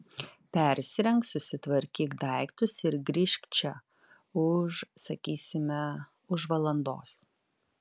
persirenk susitvarkyk daiktus ir grįžk čia už sakysime už valandos